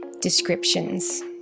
descriptions